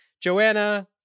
Joanna